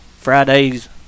Friday's